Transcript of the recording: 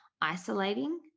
isolating